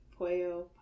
poyo